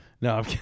No